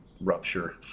rupture